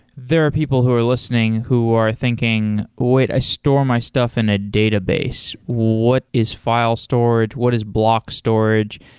there are people who are listening who are thinking, wait, i store my stuff in a database. what is file storage? what is block storage?